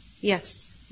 Yes